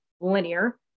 linear